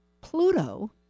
Pluto